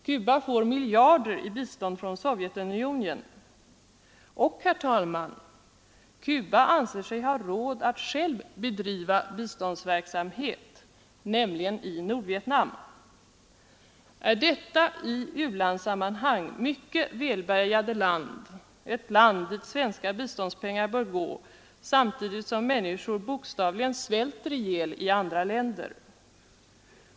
Cuba får miljarder i bistånd från Sovjetunionen och, herr talman, Cuba anser sig ha råd att självt bedriva biståndsverksamhet, nämligen i Nordvietnam. Är detta i u-landssammanhang välbärgade land ett land dit svenska biståndspengar bör gå, samtidigt som människor bokstavligen svälter ihjäl i andra länder?